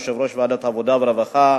יושב-ראש ועדת העבודה והרווחה,